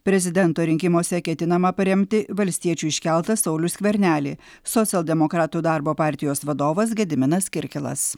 prezidento rinkimuose ketinama paremti valstiečių iškeltą saulių skvernelį socialdemokratų darbo partijos vadovas gediminas kirkilas